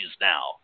now